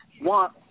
want